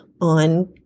on